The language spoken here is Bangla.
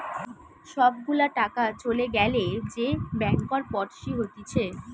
সব গুলা টাকা চলে গ্যালে যে ব্যাংকরপটসি হতিছে